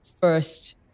first